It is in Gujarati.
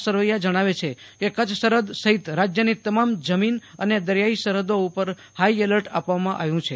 સરવૈયા જણાવે છે કે કચ્છ સરહદ સહિત રાજયની તમામ જમીન અને દરિયાઈ સરહદો ઉપર હાઈ એલર્ટ આપવામાં આવ્યુ છે